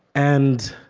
and